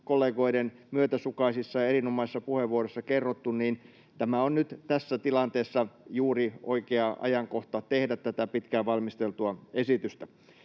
kollegoiden myötäsukaisissa, erinomaisissa puheenvuoroissa kerrottu, niin tämä on nyt tässä tilanteessa juuri oikea ajankohta tehdä tätä pitkään valmisteltua esitystä.